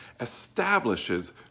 establishes